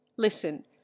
listen